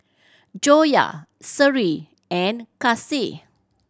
Joyah Seri and Kasih